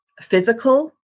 physical